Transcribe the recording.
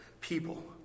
people